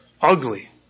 ugly